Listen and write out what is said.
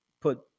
put